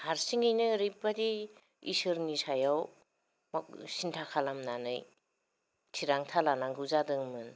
हारसिङैनो ओरैबायदि इसोरनि सायाव सिन्था खालामनानै थिरांथा लानांगौ जादोंमोन